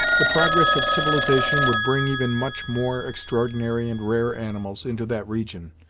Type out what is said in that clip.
the progress of civilization would bring even much more extraordinary and rare animals into that region,